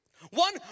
One